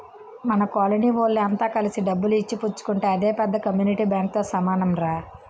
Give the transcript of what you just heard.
మన కోలనీ వోళ్ళె అంత కలిసి డబ్బులు ఇచ్చి పుచ్చుకుంటే అదే పెద్ద కమ్యూనిటీ బాంకుతో సమానంరా